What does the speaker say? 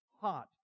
hot